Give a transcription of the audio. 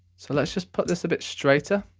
so let's just put this a bit straighter.